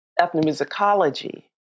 ethnomusicology